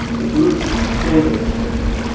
the brutal sameness of things.